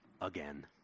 Again